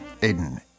Aiden